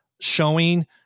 showing